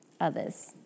others